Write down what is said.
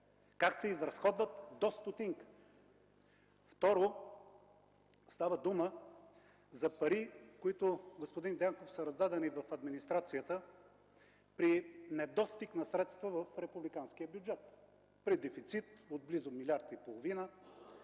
как се изразходват до стотинка. Второ, става дума за пари, които, господин Дянков, са раздадени в администрацията при недостиг на средства в републиканския бюджет, при дефицит от близо милиард и половина,